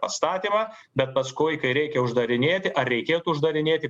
atstatymą bet paskui kai reikia uždarinėti ar reikėtų uždarinėti